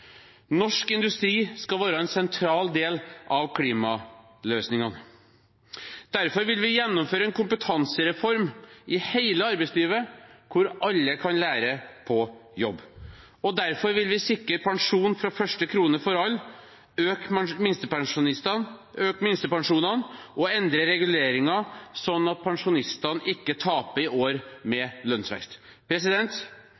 Norsk industri skal være en sentral del av klimaløsningene. Derfor vil vi gjennomføre en kompetansereform i hele arbeidslivet hvor alle kan lære på jobb. Og derfor vil vi sikre pensjon fra første krone for alle, øke minstepensjonene og endre reguleringen slik at pensjonistene ikke taper i år